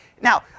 Now